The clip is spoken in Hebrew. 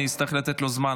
אני אצטרך לתת לו זמן.